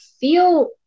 feel